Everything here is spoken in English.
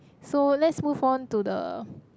so let's move on to the